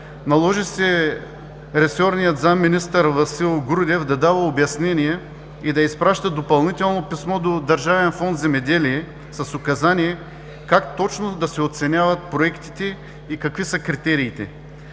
Наложи се ресорният заместник-министър Васил Грудев да дава обяснения и да изпраща допълнително писмо до Държавен фонд „Земеделие“ с указание как точно да се оценяват проектите и какви са критериите.